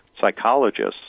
psychologists